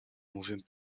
moving